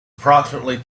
approximately